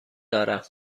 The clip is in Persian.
دارم